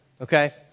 Okay